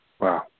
Wow